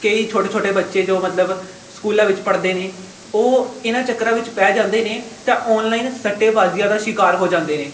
ਕਈ ਛੋਟੇ ਛੋਟੇ ਬੱਚੇ ਜੋ ਮਤਲਬ ਸਕੂਲਾਂ ਵਿੱਚ ਪੜ੍ਹਦੇ ਨੇ ਉਹ ਇਹਨਾਂ ਚੱਕਰਾਂ ਵਿੱਚ ਪੈ ਜਾਂਦੇ ਨੇ ਤਾਂ ਆਨਲਾਈਨ ਸੱਟੇਬਾਜ਼ੀਆਂ ਦਾ ਸ਼ਿਕਾਰ ਹੋ ਜਾਂਦੇ ਨੇ